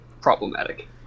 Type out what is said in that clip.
problematic